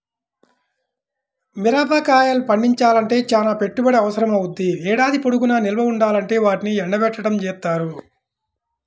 మిరగాయలు పండించాలంటే చానా పెట్టుబడి అవసరమవ్వుద్ది, ఏడాది పొడుగునా నిల్వ ఉండాలంటే వాటిని ఎండబెట్టడం జేత్తారు